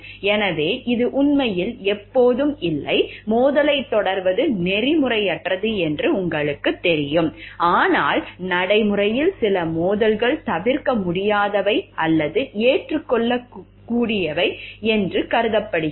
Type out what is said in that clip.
எனவே இது உண்மையில் எப்போதும் இல்லை வட்டி மோதலைத் தொடர்வது நெறிமுறையற்றது என்று உங்களுக்குத் தெரியும் ஆனால் நடைமுறையில் சில மோதல்கள் தவிர்க்க முடியாதவை அல்லது ஏற்றுக்கொள்ளக்கூடியவை என்று கருதப்படுகிறது